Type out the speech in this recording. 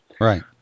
Right